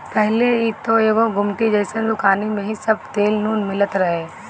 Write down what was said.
पहिले त एगो गुमटी जइसन दुकानी में ही सब तेल नून मिलत रहे